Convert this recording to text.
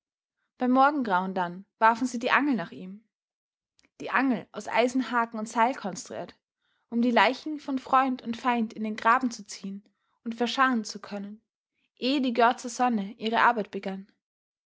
bei morgengrauen dann warfen sie die angel nach ihm die angel aus eisenhaken und seil konstruiert um die leichen von freund und feind in den graben zu ziehen und verscharren zu können ehe die görzer sonne ihre arbeit begann